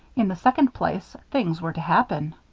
in the second place, things were to happen.